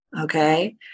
Okay